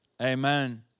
Amen